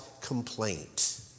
complaint